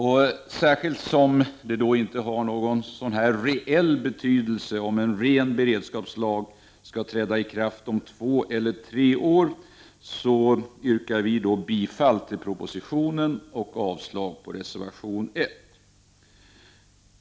Eftersom det inte har någon reell betydelse om en ren beredskapslag skall träda i kraft om två eller tre år yrkar jag bifall till utskottets hemställan och avslag på reservation 1.